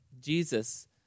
Jesus